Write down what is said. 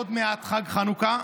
עוד מעט חג חנוכה,